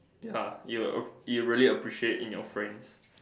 ya you you really appreciate in your friends